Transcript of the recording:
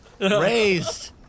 raised